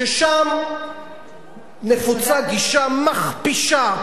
ושם נפוצה גישה מכפישה,